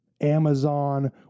Amazon